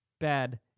bad